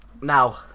now